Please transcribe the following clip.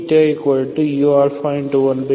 12 u